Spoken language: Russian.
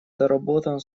доработан